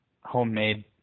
homemade